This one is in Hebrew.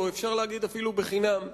או אפשר להגיד אפילו בחינם.